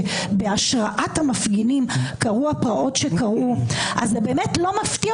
שבהשראת המפגינים קרו הפרעות שקרו באמת לא מפתיע